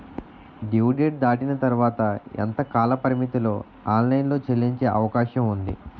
Due date దాటిన తర్వాత ఎంత కాలపరిమితిలో ఆన్ లైన్ లో చెల్లించే అవకాశం వుంది?